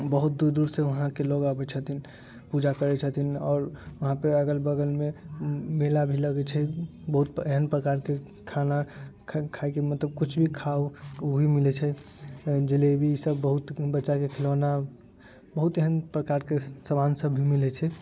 बहुत दूर दूर से वहाँके लोग अबैत छथिन पूजा करैत छथिन आओर वहाँ पे अगल बगलमे मेला भी लगैत छै बहुत एहन प्रकारके खाना खायके मतलब किछु भी खाउ ओही मिलैत छै जलेबी ई सब बहुत बच्चाके खिलौना बहुत एहन प्रकारके समान सब भी मिलैत छै